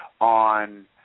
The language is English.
on